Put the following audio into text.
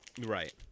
right